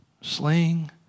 sling